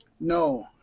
No